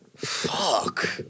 Fuck